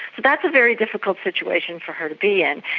that's a very difficult situation for her to be in.